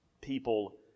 People